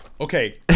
okay